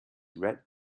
red